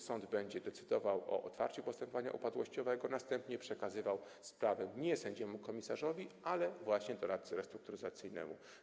Sąd będzie decydował o otwarciu postępowania upadłościowego, a następnie przekazywał sprawy nie sędziemu komisarzowi, ale właśnie doradcy restrukturyzacyjnemu.